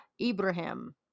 Ibrahim